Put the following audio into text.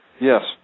Yes